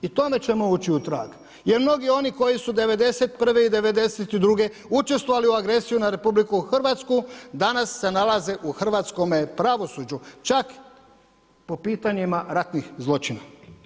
I tome ćemo ući u trag jer mnogi oni koji su '91. i '92. učestvovali u agresiju na RH danas se nalaze u hrvatskome pravosuđu čak po pitanjima ratnih zločina.